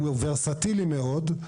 שהוא ורסטילי מאוד,